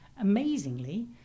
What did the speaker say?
Amazingly